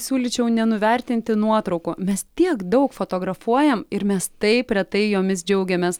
siūlyčiau nenuvertinti nuotraukų mes tiek daug fotografuojam ir mes taip retai jomis džiaugiamės